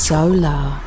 Solar